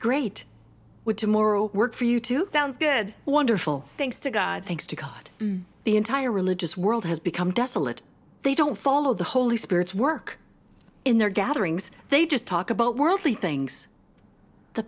great would to moral work for you to sounds good wonderful thanks to god thanks to god the entire religious world has become desolate they don't follow the holy spirit's work in their gatherings they just talk about worldly things the